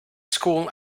school